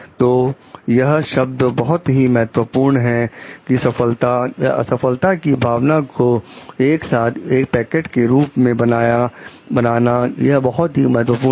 तो यह शब्द बहुत ही महत्वपूर्ण है कि सफलता या असफलता की भावना को एक साथ एक पैकेट के रूप में बनाना यह बहुत ही महत्वपूर्ण है